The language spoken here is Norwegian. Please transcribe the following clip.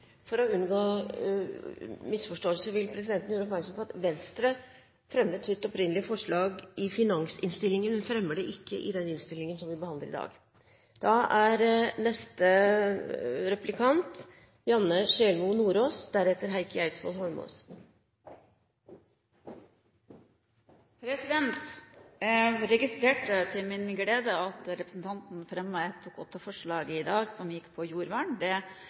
For å unngå misforståelser vil presidenten gjøre oppmerksom på at Venstre fremmet sitt opprinnelige forslag i finansinnstillingen, men fremmer det ikke i den innstillingen vi behandler i dag. Jeg registrerte til min glede at representanten fremmet et Dokument 8-forslag i dag som gikk på jordvern.